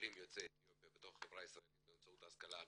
עולים יוצאי אתיופיה בתוך החברה הישראלית באמצעות ההשכלה הגבוהה,